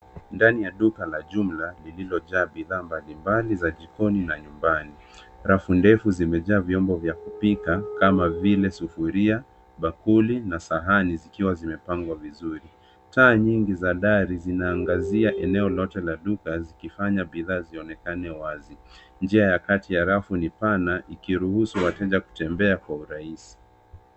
Ndani ya duka la jumla lililo jaa bidhaa mbalimbali za jikoni na nyumbani. Rafu ndefu zimejaa vyombo vya kupika kama vile sufuria ,bakuli na sahani zikiwa zimepangwa vizuri. Taa nyingi za dari zinaangazia eneo lote la duka zikifanya bidhaa zionekane wazi. Njia ya kati ya rafu ni pana ikiruhusu wateja kutembea kwa urahisi.